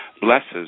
blesses